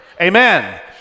Amen